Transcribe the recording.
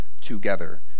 together